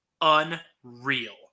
unreal